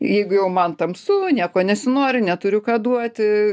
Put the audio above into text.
jeigu jau man tamsu nieko nesinori neturiu ką duoti